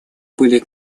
были